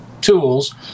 tools